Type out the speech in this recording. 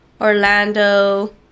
Orlando